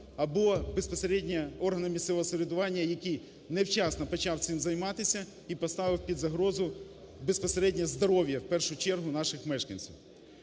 або безпосередньо органу місцевого самоврядування, який невчасно почав цим займатися і поставив під загрозу безпосередньо здоров'я в першу чергу наших мешканців.